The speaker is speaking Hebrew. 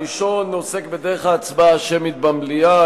הראשון עוסק בדרך ההצבעה השמית במליאה.